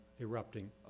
erupting